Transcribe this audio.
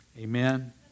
Amen